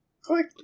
Click